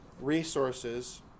resources